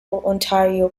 ontario